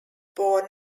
born